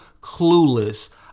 clueless